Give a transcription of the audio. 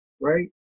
right